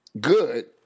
good